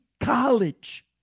college